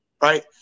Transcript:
right